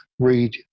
read